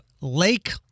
Lake